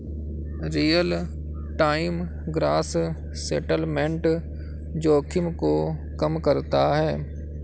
real time gross settlement जोखिम को कम करता है